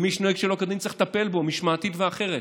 מי שנוהג שלא כדין צריך לטפל בו משמעתית ואחרת.